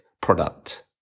product